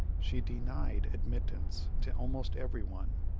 she denied admittance to almost every one,